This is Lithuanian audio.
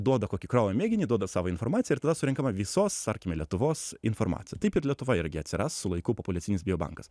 duoda kokį kraujo mėginį duoda savo informaciją ir tada surenkama visos tarkime lietuvos informaciją taip ir lietuva irgi atsiras su laiku populiacinis bio bankas